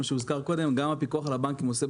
מה שהוזכר קודם גם הפיקוח על הבנקים עושה,